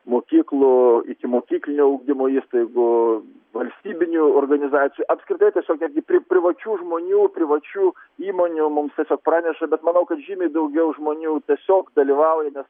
mokyklų ikimokyklinio ugdymo įstaigų valstybinių organizacijų apskritai tiesiog netgi pri privačių žmonių privačių įmonių mums tiesiog praneša bet manau kad žymiai daugiau žmonių tiesiog dalyvauja nes